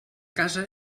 casa